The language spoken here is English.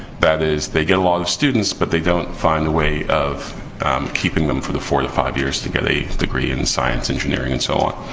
that is, they get a lot of students, but they don't find a way of keeping them for the four to five years to get a degree in science, engineering, and so on.